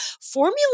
Formula